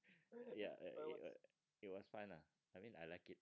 ya and it was fine lah I mean I like it